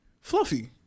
Fluffy